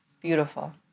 Beautiful